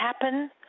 happen